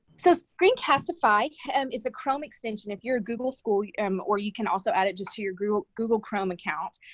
so, screencastify is a chrome extension if you're a google school, um or you can also add it just for your google google chrome accounts,